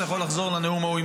אתה יכול לחזור לנאום ההוא,